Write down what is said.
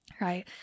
right